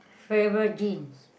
favorite drinks